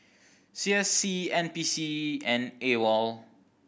C S C N P C and AWOL